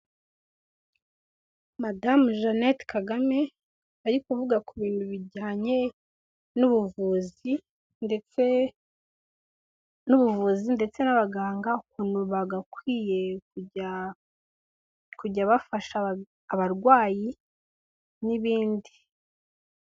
Madamu Jeannette Kagame ari kuvuga ku bintu bijyanye n'ubuvuzi ndetse n'ubuvuzi ndetse n'abaganga ukuntu bagakwiye kujya kujya bafasha abarwayi n'ibindi.